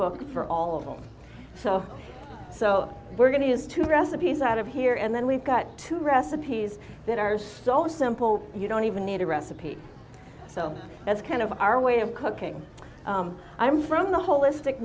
book for all of them so so we're going to use two recipes out of here and then we've got two recipes that are so simple you don't even need a recipe so that's kind of our way of cooking i'm from the holistic